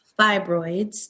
fibroids